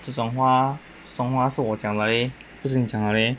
这种话这种话是我讲的 leh 不是你讲的 leh